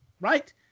Right